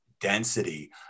density